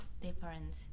different